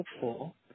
hopeful